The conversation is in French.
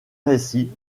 récit